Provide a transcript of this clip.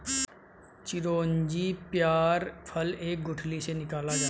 चिरौंजी पयार फल के गुठली से निकाला जाता है